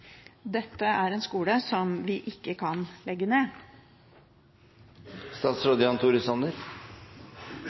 Dette er en skole som vi ikke kan legge ned.